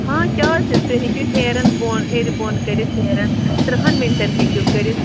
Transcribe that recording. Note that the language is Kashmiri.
ہاں کیٛازِ تُہۍ ہیٚکِو ہیرَن بۄن ہیٚرِ بۄن کٔرِتھ ہیرن تٕرٛہن مِنٹَن ہیٚکِو کٔرِتھ